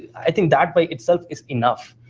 i think that by itself is enough.